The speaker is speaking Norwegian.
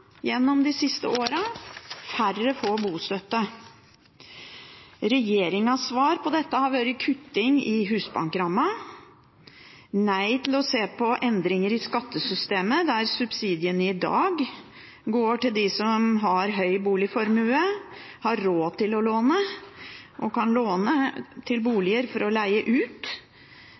gjennom de siste årene. Færre får bostøtte. Regjeringens svar på dette har vært kutting i Husbank-rammen, nei til å se på endringer i skattesystemet, der subsidiene i dag går til dem som har høy boligformue, har råd til å låne og kan låne til boliger for å leie ut,